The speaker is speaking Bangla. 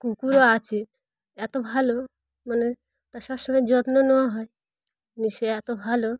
কুকুরও আছে এতো ভালো মানে তার সব সময় যত্ন নেওয়া হয় সে এতো ভালো